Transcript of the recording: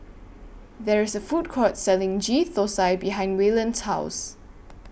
There IS A Food Court Selling Ghee Thosai behind Wayland's House